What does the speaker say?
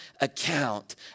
account